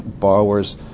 borrowers